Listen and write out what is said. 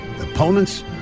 opponents